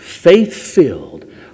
faith-filled